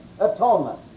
atonement